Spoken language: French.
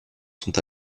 sont